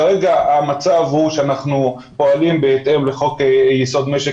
כרגע המצב הוא שאנחנו פועלים בהתאם לחוק יסוד משק